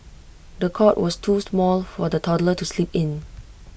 the cot was too small for the toddler to sleep in